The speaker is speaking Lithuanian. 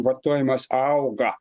vartojimas auga